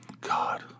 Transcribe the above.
God